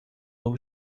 novo